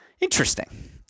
Interesting